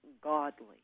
godly